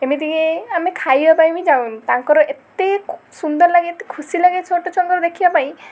ଏମିତି କି ଆମେ ଖାଇବା ପାଇଁ ବି ଯାଉନୁ ତାଙ୍କର ଏତେ ସୁନ୍ଦର ଲାଗେ ଖୁସି ଲାଗେ ଛୋଟ ଛୁଆଙ୍କର ଦେଖିବା ପାଇଁ